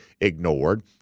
ignored